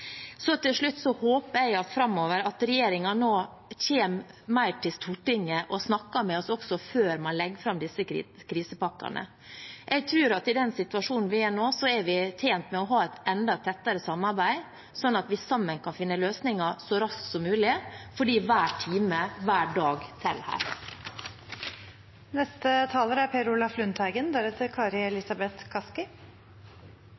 Til slutt: Jeg håper at regjeringen framover kommer oftere til Stortinget og snakker med oss også før man legger fram disse krisepakkene. Jeg tror at i den situasjonen vi er i nå, er vi tjent med å ha et enda tettere samarbeid, sånn at vi sammen kan finne løsninger så raskt som mulig, for hver time og hver dag